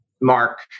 Mark